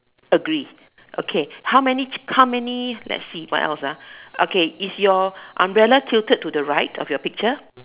agree okay how many how many let's see what else ah okay is your umbrella tilted to the right of your picture